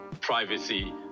privacy